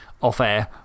off-air